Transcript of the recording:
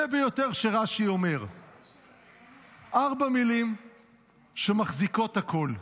ארבע מילים שמחזיקות הכול: